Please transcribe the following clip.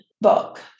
book